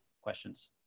questions